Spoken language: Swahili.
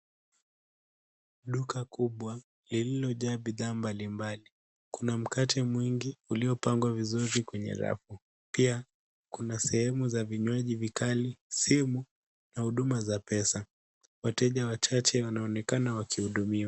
Duka kubwa lililojaa bidhaa mbalimbali. Kuna mkate mwingi uliyopangwa vizuri kwenye rafu. Pia kuna sehemu za vinywaji vikali, simu, na huduma za pesa. Wateja wachache wanaonekana wakihudumiwa.